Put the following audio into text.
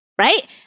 right